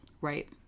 right